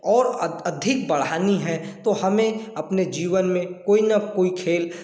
और अधिक बढ़ानी है तो हमें अपने जीवन मे कोई ना कोई खेल